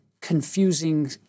confusing